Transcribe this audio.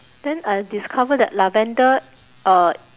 then I discover that lavender uh